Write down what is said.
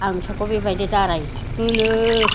आंनि फिसाखौ बेबायदि दाराय होनो